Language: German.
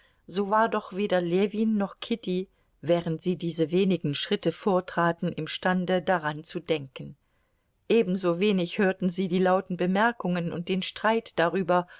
so war doch weder ljewin noch kitty während sie diese wenigen schritte vortraten imstande daran zu denken ebensowenig hörten sie die lauten bemerkungen und den streit darüber